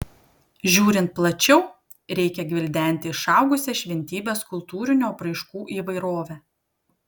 žiūrint plačiau reikia gvildenti išaugusią šventybės kultūrinių apraiškų įvairovę